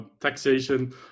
taxation